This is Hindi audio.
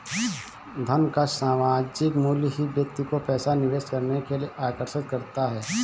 धन का सामायिक मूल्य ही व्यक्ति को पैसा निवेश करने के लिए आर्कषित करता है